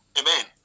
Amen